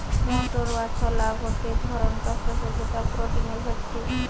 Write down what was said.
motor বা ছোলা গটে ধরণকার শস্য যেটা প্রটিনে ভর্তি